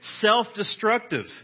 self-destructive